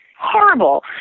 horrible